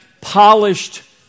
polished